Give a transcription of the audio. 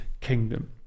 kingdom